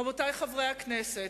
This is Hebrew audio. רבותי חברי הכנסת,